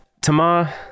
Tama